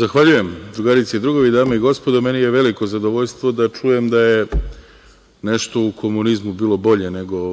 Zahvaljujem. Drugarice i drugovi, dame i gospodo, meni je veliko zadovoljstvo da čujem da je nešto u komunizmu bilo bolje nego